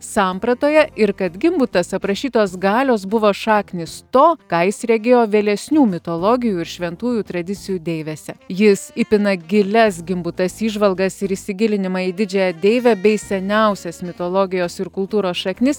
sampratoje ir kad gimbutas aprašytos galios buvo šaknys to ką jis regėjo vėlesnių mitologijų ir šventųjų tradicijų deivėse jis įpina gilias gimbutas įžvalgas ir įsigilinimą į didžiąją deivę bei seniausias mitologijos ir kultūros šaknis